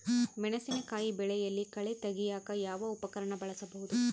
ಮೆಣಸಿನಕಾಯಿ ಬೆಳೆಯಲ್ಲಿ ಕಳೆ ತೆಗಿಯಾಕ ಯಾವ ಉಪಕರಣ ಬಳಸಬಹುದು?